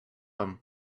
him